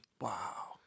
Wow